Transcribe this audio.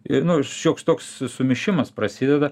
ir nu šioks toks sumišimas prasideda